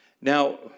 Now